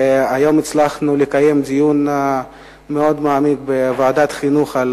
והיום הצלחנו לקיים בוועדת החינוך דיון מאוד מעמיק על